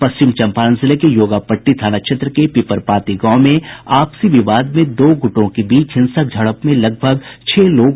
पश्चिम चंपारण जिले के योगापट्टी थाना क्षेत्र के पीपरपाती गांव में आपसी विवाद में दो गुटों के बीच हिंसक झड़प में लगभग छह लोग घायल हो गये